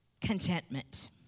contentment